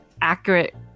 accurate